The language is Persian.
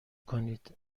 کنید